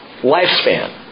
Lifespan